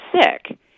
sick –